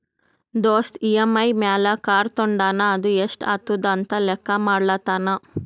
ದೋಸ್ತ್ ಇ.ಎಮ್.ಐ ಮ್ಯಾಲ್ ಕಾರ್ ತೊಂಡಾನ ಅದು ಎಸ್ಟ್ ಆತುದ ಅಂತ್ ಲೆಕ್ಕಾ ಮಾಡ್ಲತಾನ್